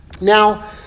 Now